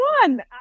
one